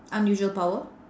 unusual power